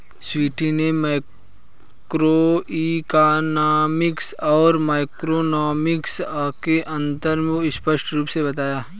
स्वीटी ने मैक्रोइकॉनॉमिक्स और माइक्रोइकॉनॉमिक्स के अन्तर को स्पष्ट रूप से बताया